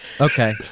Okay